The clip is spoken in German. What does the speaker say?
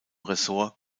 ressort